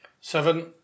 Seven